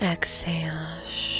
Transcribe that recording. Exhale